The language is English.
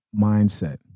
mindset